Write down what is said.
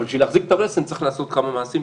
אבל בשביל להחזיק את הרסן צריך לעשות כמה מעשים,